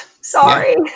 sorry